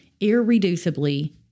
irreducibly